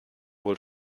wohl